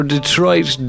Detroit